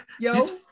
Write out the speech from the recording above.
Yo